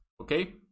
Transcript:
Okay